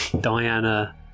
Diana